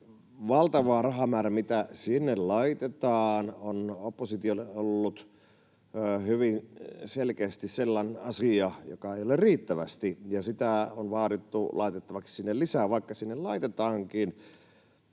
valtava rahamäärä, mitä sinne laitetaan, on oppositiolle ollut hyvin selkeästi sellainen asia, joka ei ole riittävästi, ja sitä on vaadittu laitettavaksi sinne lisää, vaikka sinne laitetaankin